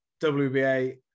WBA